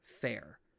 fair